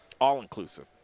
All-inclusive